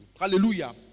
Hallelujah